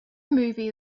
movie